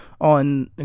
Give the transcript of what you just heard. on